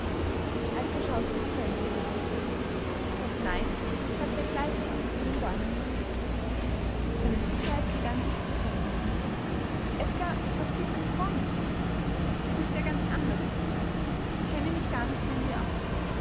schaute zum fenster hinaus das nein sagte er gleichsam zu den bäumen gegenüber seine sicherheit begann sie zu befremden edgar was geht denn vor mit dir du bist ja ganz anders als sonst ich kenne mich gar nicht mehr in dir aus